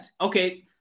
okay